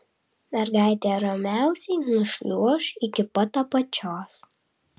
mergaitė ramiausiai nušliuoš iki pat apačios